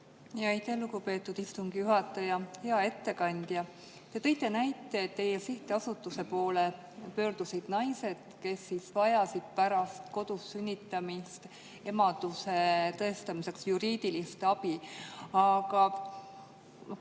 Aitäh, lugupeetud istungi juhataja! Hea ettekandja! Te tõite näite, et teie sihtasutuse poole pöördusid naised, kes vajasid pärast kodus sünnitamist emaduse tõestamiseks juriidilist abi. Emana